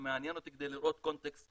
שהקרן תהיה תמידית ההצדקה